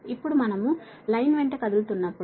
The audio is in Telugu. ఇప్పుడు మనము లైన్ వెంట కదులుతున్నప్పుడు